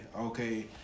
Okay